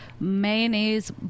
Mayonnaise